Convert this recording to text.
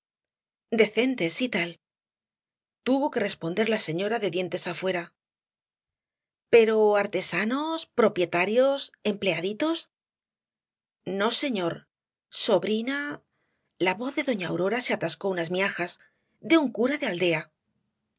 decente decente sí tal tuvo que responder la señora de dientes afuera pero artesanos propietarios empleaditos no señor sobrina la voz de doña aurora se atascó unas miajas de un cura de aldea